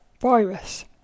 virus